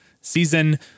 season